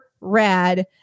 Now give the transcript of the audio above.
rad